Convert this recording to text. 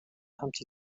humpty